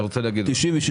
יגאל, אתה רוצה להגיד משהו.